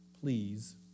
Please